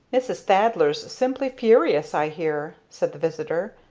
mrs. thaddler's simply furious, i hear, said the visitor.